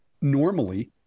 normally